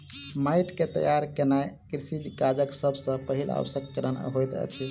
माइट के तैयार केनाई कृषि काजक सब सॅ पहिल आवश्यक चरण होइत अछि